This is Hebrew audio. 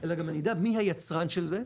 אלא גם אני אדע גם מי היצרן של זה?